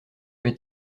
vais